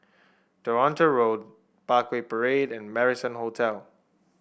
Toronto Road Parkway Parade and Marrison Hotel